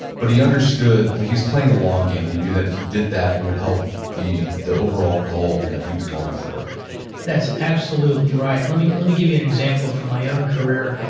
but he understood, like he's playing the long game and he knew that if he did that it would help the the overall goal that he was going for that's absolutely right. let me let me give you an example from my own career.